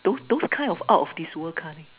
those those kind of out of this world kind